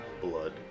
Blood